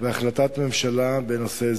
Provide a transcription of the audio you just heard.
והחלטת ממשלה בנושא.